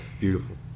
Beautiful